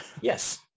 Yes